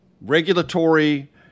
regulatory